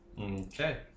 Okay